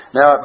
Now